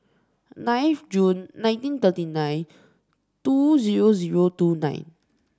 nine of June nineteen thirty nine two zero zero two nine